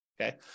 okay